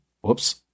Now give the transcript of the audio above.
whoops